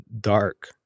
dark